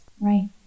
right